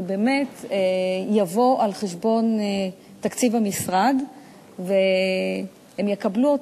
שבאמת יבוא על חשבון תקציב המשרד והם יקבלו אותו,